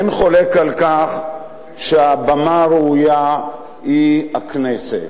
אין חולק על כך שהבמה הראויה היא הכנסת,